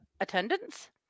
attendance